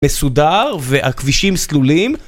מסודר והכבישים סלולים